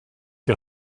die